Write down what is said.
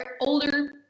older